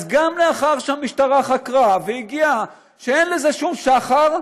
אז גם לאחר שהמשטרה חקרה והגיעה למסקנה שאין לזה שום שחר,